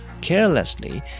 carelessly